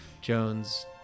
Jones